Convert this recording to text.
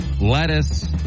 lettuce